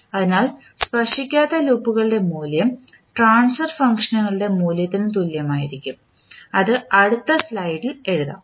അതിനാൽ സ്പർശിക്കാത്ത ലൂപ്പുകളുടെ മൂല്യം ട്രാൻസ്ഫർ ഫംഗ്ഷനുകളുടെ മൂല്യത്തിന് തുല്യമായിരിക്കും അത് അടുത്ത സ്ലൈഡിൽ എഴുതാം